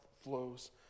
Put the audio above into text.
flows